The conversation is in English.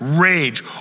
rage